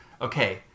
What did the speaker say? okay